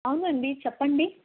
అవునండి చెప్పండి